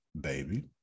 baby